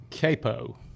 capo